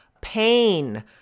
pain